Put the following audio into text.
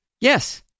Yes